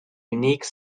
unique